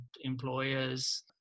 employers